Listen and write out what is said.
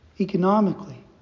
economically